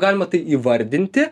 galima tai įvardinti